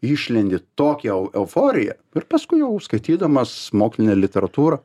išlendi tokią eu euforiją ir paskui jau skaitydamas mokslinę literatūrą